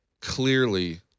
Clearly